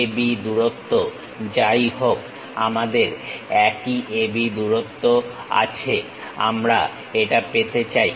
AB দূরত্ব যাই হোক আমাদের একই AB দূরত্ব আছে আমরা এটা পেতে চাই